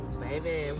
Baby